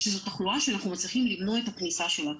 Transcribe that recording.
שזאת תחלואה שאנחנו מצליחים למנוע את הכניסה שלה.